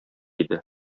иде